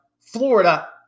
Florida